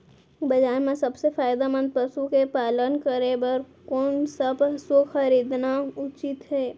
बजार म सबसे फायदामंद पसु के पालन करे बर कोन स पसु खरीदना उचित हे?